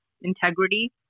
integrity